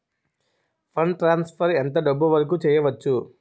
Fund transfer ఎంత డబ్బు వరుకు చేయవచ్చు?